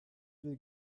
will